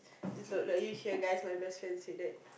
you hear guy's my best friend say that